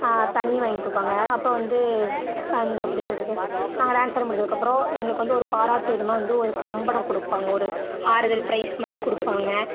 தண்ணீர் வாங்கிக் கொடுப்பாங்க அப்பறம் வந்து க இந்த எப்படி சொல்கிறது நாங்கள் டான்ஸ் ஆடி முடிச்சதுக்கு அப்பறோம் எங்களுக்கு வந்து ஒரு பாராட்டும் விதமாக வந்து ஒரு சம்படம் கொடுப்பாங்க ஒரு ஆறுதல் பிரைஸ் மாதிரி கொடுப்பாங்க